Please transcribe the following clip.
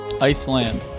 Iceland